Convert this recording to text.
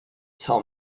tell